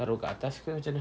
taruk kat atas ke macam mana